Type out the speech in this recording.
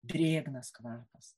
drėgnas kvapas